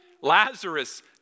Lazarus